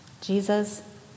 Jesus